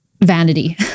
vanity